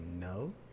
no